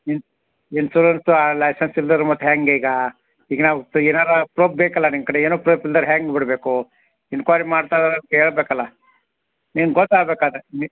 ಇನ್ನ ಇನ್ಸುರೆನ್ಸು ಆ ಲೈಸನ್ಸ್ ಇಲ್ದಿರ ಮತ್ತೆ ಹೆಂಗ ಈಗ ಈಗ ನಾವು ಏನಾರ ಪ್ರೂಪ್ ಬೇಕಲ್ಲ ನಿಮ್ಮ ಕಡೆ ಏನು ಪ್ರೂಪ್ ಇಲ್ದೆರ ಹೆಂಗೆ ಬಿಡ್ಬೇಕೂ ಎನ್ಕ್ವಾಯ್ರಿ ಮಾಡ್ತಾರೆ ಅಂತ ಹೇಳ್ಬೇಕಲ್ಲ ನಿಂಗೆ ಗೊತ್ತಾಬೇಕು ಅದ್ ನಿ